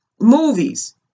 movies